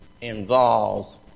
involves